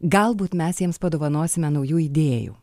galbūt mes jiems padovanosime naujų idėjų